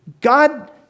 God